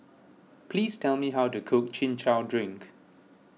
please tell me how to cook Chin Chow Drink